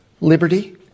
liberty